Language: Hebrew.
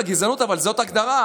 בסדר, גזענות, אבל זאת ההגדרה.